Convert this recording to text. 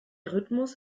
rhythmus